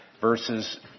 verses